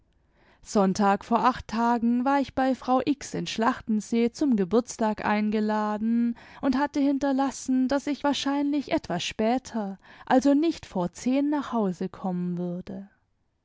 sonntag vor acht tagen war ich bei frau x in schlachtensee zum geburtstag eingeladen und hatte hinterlassen daß ich wahrscheinlich etwas später also nicht vor zehn nach haus kommen würde